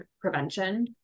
prevention